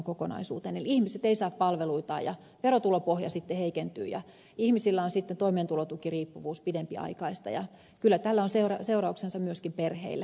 eli ihmiset eivät saa palveluitaan ja verotulopohja heikentyy ja ihmisillä on sitten toimeentulotukiriippuvuus pidempiaikaista ja kyllä tällä on seurauksensa myöskin perheille